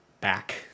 back